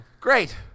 Great